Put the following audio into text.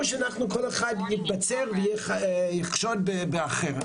או שכל אחד יתבצר ויחשוד באחר.